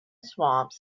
swamps